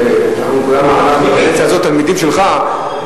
ואנחנו כולנו בקדנציה הזאת תלמידים שלך,